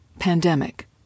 Pandemic